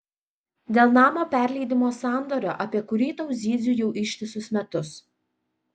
dėl namo perleidimo sandorio apie kurį tau zyziu jau ištisus metus